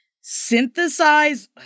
synthesize